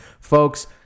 Folks